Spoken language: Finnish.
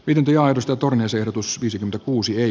pidempi aidosta tuli myös ehdotus viisi kuusi ei